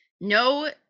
no